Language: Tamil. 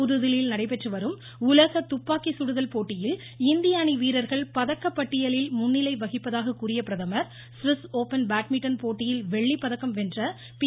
புதுதில்லியில் நடைபெற்று வரும் உலக துப்பாக்கி சுடுதல் போட்டியில் இந்திய அணி வீரர்கள் பதக்கப்பட்டியலில் முன்னிலை வகிப்பதாக கூறிய பிரதமர் சுவிஸ் ஒப்பன் பேட்மிட்டன் போட்டியில் வெள்ளி பதக்கம் வென்ற பி